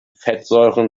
fettsäuren